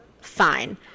fine